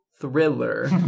Thriller